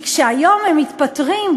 והיום אם הם מתפטרים,